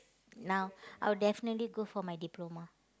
now I will definitely go for my diploma